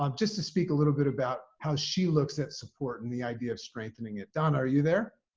um just to speak a little bit about how she looks at support and the idea of strengthening it. donna, are you there?